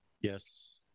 Yes